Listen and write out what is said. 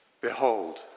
Behold